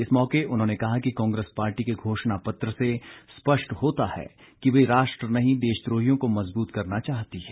इस मौके उन्होंने कहा कि कांग्रेस पार्टी के घोषणा पत्र से स्पष्ट होता है कि वे राष्ट्र नहीं देशद्रोहियों को मज़बूत करना चाहती है